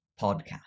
podcast